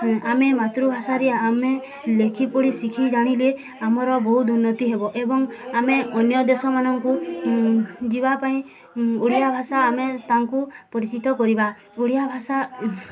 ଆମେ ମାତୃଭାଷାରେ ଆମେ ଲେଖିପଢ଼ି ଶିଖି ଜାଣିଲେ ଆମର ବହୁତ ଉନ୍ନତି ହେବ ଏବଂ ଆମେ ଅନ୍ୟ ଦେଶମାନଙ୍କୁ ଯିବା ପାଇଁ ଓଡ଼ିଆ ଭାଷା ଆମେ ତାଙ୍କୁ ପରିଚିତ କରିବା ଓଡ଼ିଆ ଭାଷା